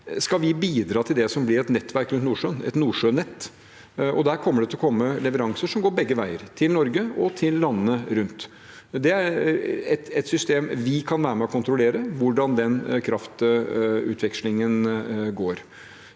skal bidra til det som blir et nettverk rundt Nordsjøen – et nordsjønett. Der kommer det til å komme leveranser som går begge veier, til Norge og til landene rundt. Det er et system der vi kan være med og kontrollere hvordan den kraftutvekslingen går.